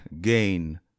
gain